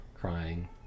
crying